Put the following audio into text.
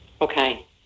Okay